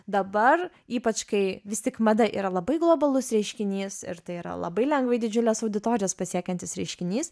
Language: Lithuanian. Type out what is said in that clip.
dabar ypač kai vis tik mada yra labai globalus reiškinys ir tai yra labai lengvai didžiules auditorijas pasiekiantis reiškinys